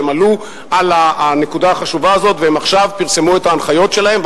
שהם עלו על הנקודה החשובה הזאת ושהם פרסמו עכשיו את ההנחיות שלהם,